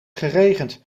geregend